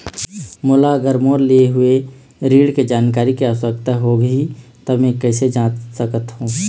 मोला अगर मोर लिए हुए ऋण के जानकारी के आवश्यकता होगी त मैं कैसे जांच सकत हव?